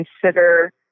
consider